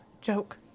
joke